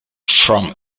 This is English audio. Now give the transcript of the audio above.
from